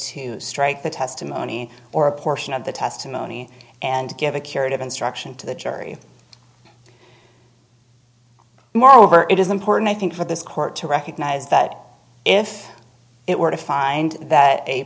to strike the testimony or a portion of the testimony and give a curative instruction to the jury moreover it is important i think for this court to recognize that if it were to find that a